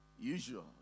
usual